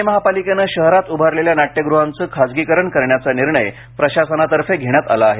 पुणे महापालिकेने शहरात उभारलेल्या नाट्यगृहांचे खासगीकरण करण्याचा निर्णय प्रशासनातर्फे घेण्यात आला आहे